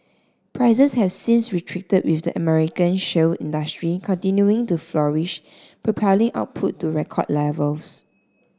prices have since retreated with the American shale industry continuing to flourish propelling output to record levels